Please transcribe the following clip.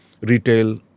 retail